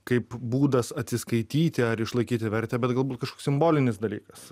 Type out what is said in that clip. kaip būdas atsiskaityti ar išlaikyti vertę bet galbūt kažkoks simbolinis dalykas